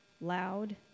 Loud